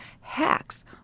hacks